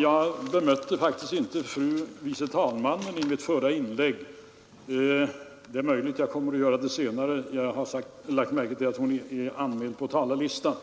Jag bemötte inte fru vice talmannen i mitt förra inlägg. Det är möjligt att jag kommer att göra det senare. Jag har lagt märke till att hon är anmäld på talarlistan.